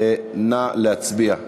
נא להצביע.